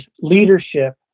leadership